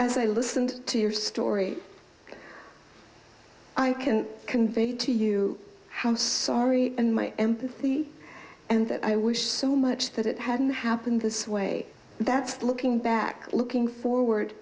as i listened to your story i can convey to you how sorry and my empathy and that i wish so much that it hadn't happened this way that's looking back looking forward